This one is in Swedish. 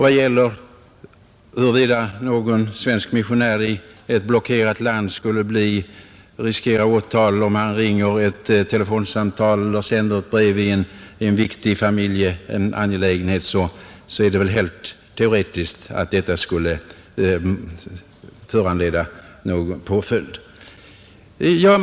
Vad gäller frågan huruvida någon svensk missionär i ett blockerat land skulle riskera åtal, om han ringer ett telefonsamtal eller sänder ett brev i en viktig familjeangelägenhet, är det väl bara helt teoretiskt som detta skulle föranleda påföljd.